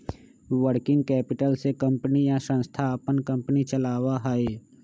working capital से company या संस्था अपन कंपनी चलावा हई